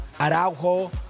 Araujo